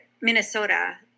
Minnesota